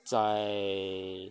在